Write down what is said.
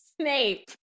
Snape